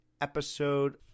episode